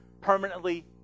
permanently